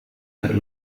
per